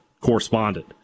correspondent